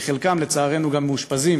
כי חלקם, לצערנו, גם מאושפזים